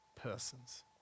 persons